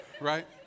Right